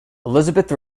elizabeth